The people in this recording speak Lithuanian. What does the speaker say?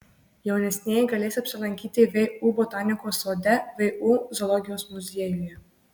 jaunesnieji galės apsilankyti vu botanikos sode vu zoologijos muziejuje